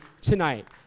tonight